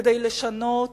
כדי לשנות